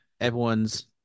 everyone's